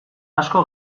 asko